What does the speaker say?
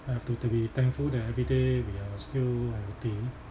I have to to be thankful that every day we are still healthy